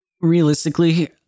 Realistically